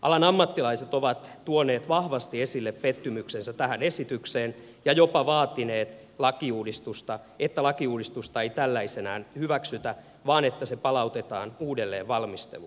alan ammattilaiset ovat tuoneet vahvasti esille pettymyksensä tähän esitykseen ja jopa vaatineet että lakiuudistusta ei tällaisenaan hyväksytä vaan se palautetaan uudelleenvalmisteluun